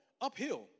uphill